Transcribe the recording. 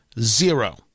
zero